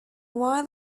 while